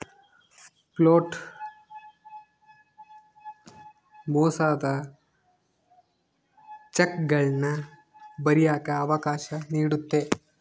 float ಮೋಸದ ಚೆಕ್ಗಳನ್ನ ಬರಿಯಕ್ಕ ಅವಕಾಶ ನೀಡುತ್ತೆ